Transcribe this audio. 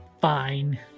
Fine